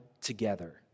together